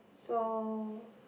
so